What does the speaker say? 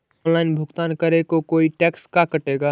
Online भुगतान करे को कोई टैक्स का कटेगा?